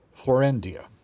Florendia